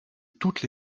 toutes